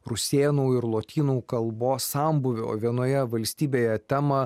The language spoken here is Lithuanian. rusėnų ir lotynų kalbos sambūvio vienoje valstybėje temą